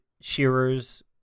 shearers